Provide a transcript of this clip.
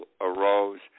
arose